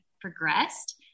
progressed